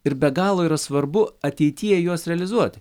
ir be galo yra svarbu ateityje juos realizuoti